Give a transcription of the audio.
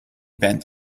bent